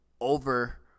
over